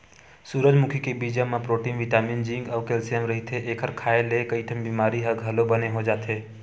सूरजमुखी के बीजा म प्रोटीन बिटामिन जिंक अउ केल्सियम रहिथे, एखर खांए ले कइठन बिमारी ह घलो बने हो जाथे